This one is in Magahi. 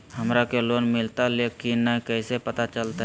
हमरा के लोन मिलता ले की न कैसे पता चलते?